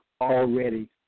already